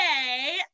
Okay